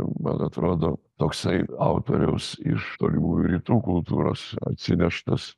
man atrodo toksai autoriaus iš tolimųjų rytų kultūros atsineštas